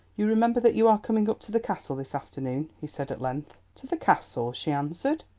you remember that you are coming up to the castle this afternoon? he said, at length. to the castle she answered.